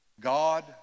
God